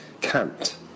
Cant